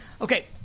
Okay